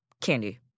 candy